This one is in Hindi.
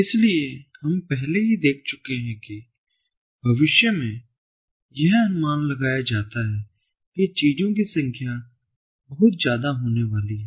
इसलिए हम पहले ही देख चुके हैं कि भविष्य में यह अनुमान लगाया जाता है कि चीजों की संख्या बहुत ज्यादा होने वाली है